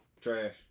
Trash